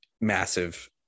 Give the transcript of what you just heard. massive